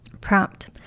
Prompt